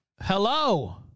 hello